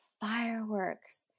fireworks